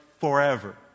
forever